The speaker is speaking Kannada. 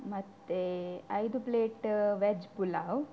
ಮತ್ತು ಐದು ಪ್ಲೇಟ ವೆಜ್ ಪುಲಾವ್